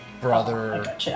Brother